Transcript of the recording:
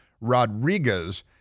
Rodriguez